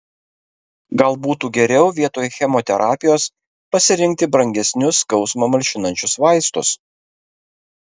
gal būtų geriau vietoj chemoterapijos pasirinkti brangesnius skausmą malšinančius vaistus